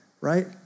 right